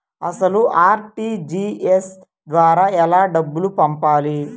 అసలు అర్.టీ.జీ.ఎస్ ద్వారా ఎలా డబ్బులు పంపాలి?